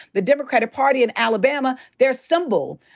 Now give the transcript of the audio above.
the democratic party in alabama, their symbol,